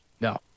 No